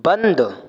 बंद